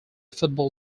football